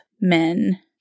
men